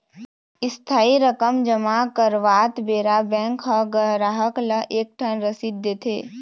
इस्थाई रकम जमा करवात बेरा बेंक ह गराहक ल एक ठन रसीद देथे